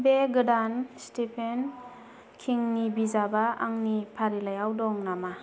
बे गोदान स्तेफेन किंनि बिजाबा आंनि फारिलाइआव दं नामा